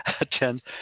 attend